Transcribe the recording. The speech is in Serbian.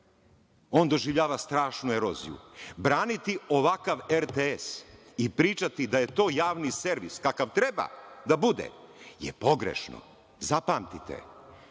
on doživljava strašnu eroziju. Braniti ovakav RTS i pričati da je to javni servis kakav treba da bude je pogrešno. Zapamtite,